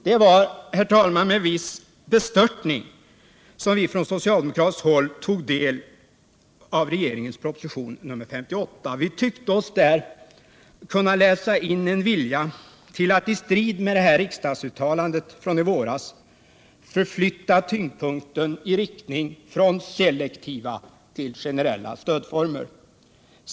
Det var med viss bestörtning som vi från socialdemokratiskt håll tog del av regeringens proposition nr 58. Vi tyckte oss där kunna läsa in en vilja att i strid med riksdagsuttalandet från i våras förflytta tyngdpunkten i riktning från selektiva till generella stödåtgärder.